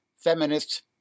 feminists